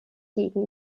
gegen